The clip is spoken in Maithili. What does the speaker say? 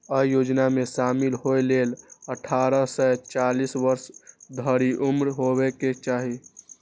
अय योजना मे शामिल होइ लेल अट्ठारह सं चालीस वर्ष धरि उम्र हेबाक चाही